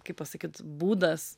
kaip pasakyt būdas